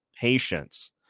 patience